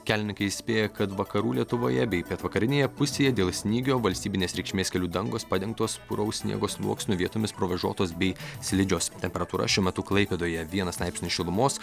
kelininkai įspėja kad vakarų lietuvoje bei pietvakarinėje pusėje dėl snygio valstybinės reikšmės kelių dangos padengtos puraus sniego sluoksniu vietomis provėžotos bei slidžios temperatūra šiuo metu klaipėdoje vienas laipsnis šilumos